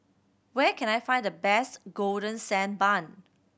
where can I find the best Golden Sand Bun